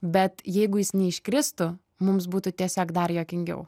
bet jeigu jis neiškristų mums būtų tiesiog dar juokingiau